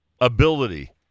ability